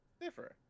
different